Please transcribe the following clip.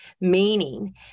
meaning